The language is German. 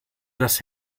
dass